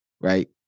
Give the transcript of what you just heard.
right